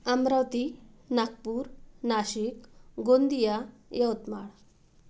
Amravati Nagpur Nashik Gondia Yavatmal